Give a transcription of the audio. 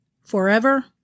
Forever